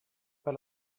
per